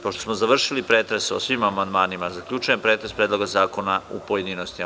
Pošto smo završili pretres o svim amandmanima, zaključujem pretres Predloga zakona, u pojedinostima.